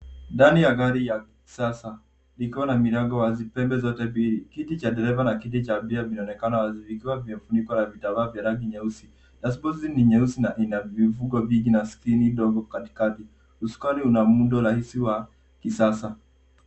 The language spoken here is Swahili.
Ndani ya gari ya kisasa ikiwa na milango wazi pande zote mbili. Kiti cha dereva na kiti cha abiria vinaonekana wazi vikiwa vimefunikwa na vitambaa vya rangi nyeusi. Dashibodi ni nyeusi na ina vifungo vingi na skrini ndogo katikati. Usukani una muundo rahisi wa kisasa.